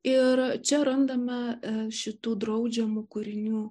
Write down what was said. ir čia randame šitų draudžiamų kūrinių